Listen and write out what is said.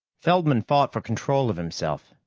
feldman fought for control of himself,